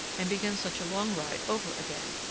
and begin such a long ride over again.